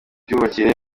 myubakire